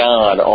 God